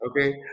Okay